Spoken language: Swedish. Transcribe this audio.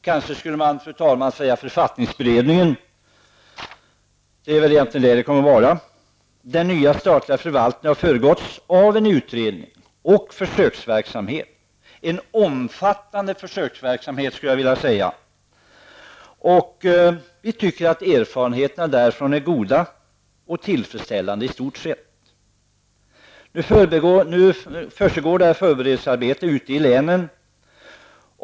Kanske skulle man, fru talman, säga författningsberedningen, eftersom det är detta som det förmodligen kommer att handla om. Den nya statliga förvaltningen har föregåtts av en utredning och en omfattande försöksverksamhet. Vi tycker att erfarenheterna i stort sett är goda och tillfredsställande. Förberedelsearbetet pågår ute i länen.